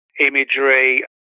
imagery